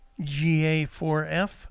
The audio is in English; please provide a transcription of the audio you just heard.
GA4F